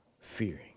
fearing